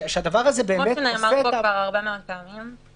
כמו שנאמר כבר הרבה מאוד פעמים,